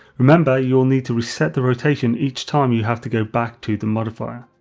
remember, you will need to reset the rotation each time you have to go back to the modifier.